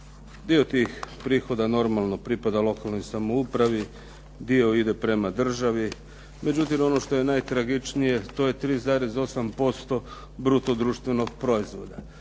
Dio tih prihoda normalno pripada lokalnoj samoupravi, dio ide prema državi, međutim ono što je najtragičnije, to je 3,8% bruto društvenog proizvoda.